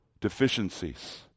deficiencies